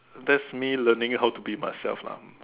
that's me learning how to be myself numb